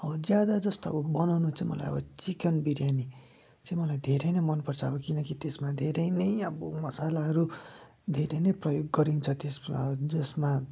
अब ज्यादा जस्तो अब बनाउनु चाहिँ मलाई अब चिकन बिर्यानी चाहिँ मलाई धेरै नै मन पर्छ अब किनकि त्यसमा धेरै नै अब मसालाहरू धेरै नै प्रयोग गरिन्छ त्यसमा जसमा